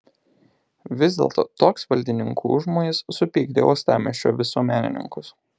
vis dėlto toks valdininkų užmojis supykdė uostamiesčio visuomenininkus